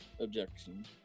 Objection